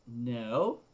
No